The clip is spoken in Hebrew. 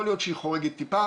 יכול להיות שהיא חורגת טיפה,